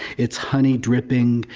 it's honey dripping.